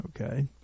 Okay